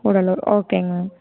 கூடலூர் ஓகேங்க